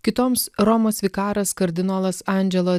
kitoms romos vikaras kardinolas angelo